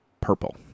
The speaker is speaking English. purple